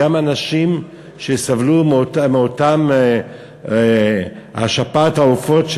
גם אנשים שסבלו מאותה שפעת העופות,